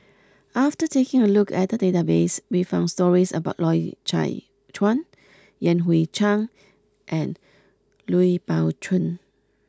after taking a look at the database we found stories about Loy Chye Chuan Yan Hui Chang and Lui Pao Chuen